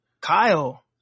Kyle